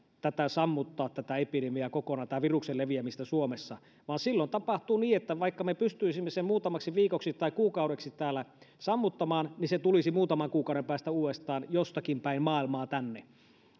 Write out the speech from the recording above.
sammuttaa tätä epidemiaa kokonaan tai viruksen leviämistä suomessa vaan silloin tapahtuu niin että vaikka me pystyisimme sen muutamaksi viikoksi tai kuukaudeksi täällä sammuttamaan se tulisi tänne muutaman kuukauden päästä uudestaan jostakin päin maailmaa